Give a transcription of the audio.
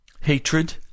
Hatred